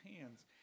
hands